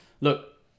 Look